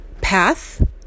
path